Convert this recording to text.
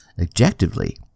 objectively